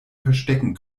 verstecken